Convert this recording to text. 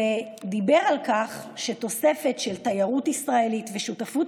ודיבר על כך שתוספת של תיירות ישראלית ושותפות